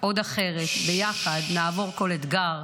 עוד אחרת, ביחד נעבור כל אתגר,